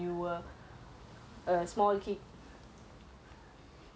mm favourite thing to do is err always go out